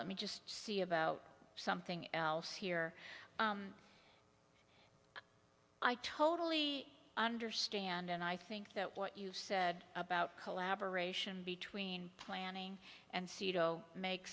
let me just see about something else here i totally understand and i think that what you said about collaboration between planning and seato make